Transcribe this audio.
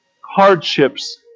hardships